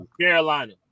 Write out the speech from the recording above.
Carolina